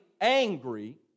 angry